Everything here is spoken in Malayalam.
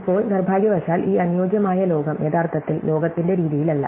ഇപ്പോൾ നിർഭാഗ്യവശാൽ ഈ അനുയോജ്യമായ ലോകം യഥാർത്ഥത്തിൽ ലോകത്തിന്റെ രീതിയിലല്ല